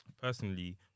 personally